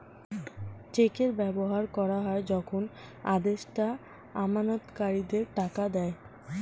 চেকের ব্যবহার করা হয় যখন আদেষ্টা আমানতকারীদের টাকা দেয়